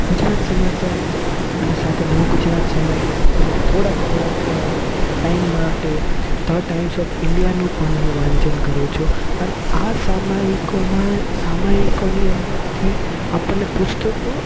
ગુજરાત સમાચાર અને સાથે નવ ગુજરાત સમય અને થોડાક થોડાક ટાઇમ માટે ધ ટાઇમ્સ ઓફ ઇન્ડિયાનું પણ હું વાંચન કરું છું અન આ સામાયિકોમાં સામાયિકોની અંદરથી આપણને પુસ્તકો